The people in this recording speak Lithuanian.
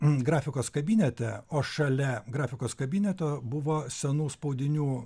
grafikos kabinete o šalia grafikos kabineto buvo senų spaudinių